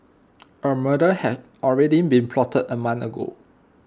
A murder had already been plotted A month ago